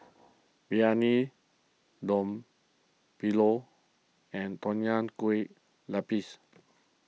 Briyani Dum Milo and Nonya Kueh Lapis